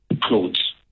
clothes